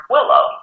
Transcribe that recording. Willow